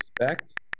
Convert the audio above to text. respect